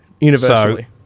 universally